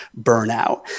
burnout